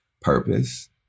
purpose